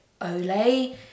Olay